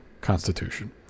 constitution